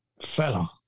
fella